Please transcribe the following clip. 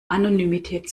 anonymität